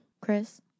Chris